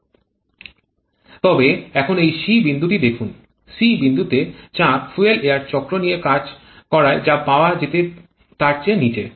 তবে এখন এই c বিন্দুটি দেখুন c বিন্দুতে চাপ ফুয়েল এয়ার চক্র নিয়ে কাজ করায় যা পাওয়া যেত তার চেয়ে নীচে